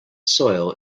soil